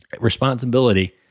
responsibility